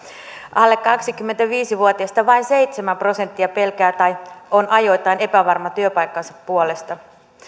alle kaksikymmentäviisi vuotiaista vain seitsemän prosenttia pelkää tai on ajoittain epävarma työpaikkansa puolesta